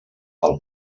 pel